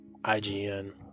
IGN